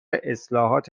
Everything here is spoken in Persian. اصلاحات